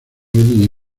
eddie